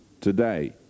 today